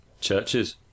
churches